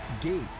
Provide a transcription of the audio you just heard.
Gate